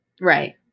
Right